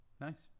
Nice